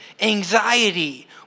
anxiety